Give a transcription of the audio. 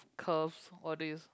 curves all these